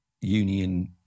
union